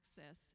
access